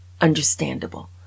understandable